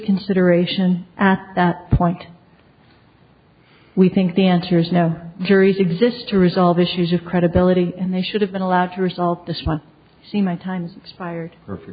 consideration at that point we think the answer is no juries exist to resolve issues of credibility and they should have been allowed to resolve this matter see my time hired her